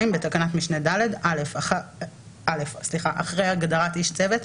בתקנת משנה (ד) - אחרי הגדרת "איש צוות",